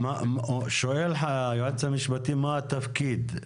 --- שואל היועץ המשפטי מה התפקיד?